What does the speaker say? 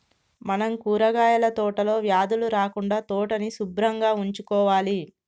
మనం కూరగాయల తోటలో వ్యాధులు రాకుండా తోటని సుభ్రంగా ఉంచుకోవాలి